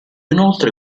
inoltre